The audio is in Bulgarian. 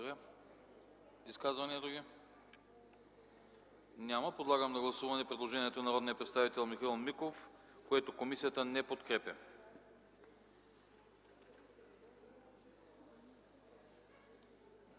Изказвания? Няма. Подлагам на гласуване предложението на народния представител Михаил Миков, което комисията не подкрепя.